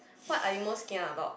what are you most kia about